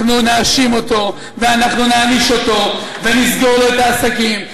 אנחנו נאשים אותו ואנחנו נעניש אותו ונסגור לו את העסקים.